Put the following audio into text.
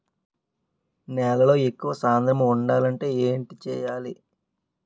నేలలో ఎక్కువ సాంద్రము వుండాలి అంటే ఏంటి చేయాలి?